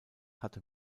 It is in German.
hatte